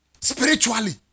Spiritually